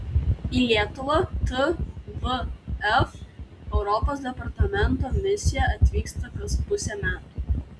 į lietuvą tvf europos departamento misija atvyksta kas pusę metų